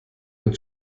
mit